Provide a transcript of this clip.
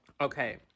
Okay